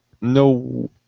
no